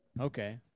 Okay